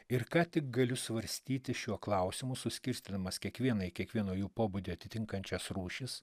ir ką tik galiu svarstyti šiuo klausimu suskirstydamas kiekvieną į kiekvieno jų pobūdį atitinkančias rūšis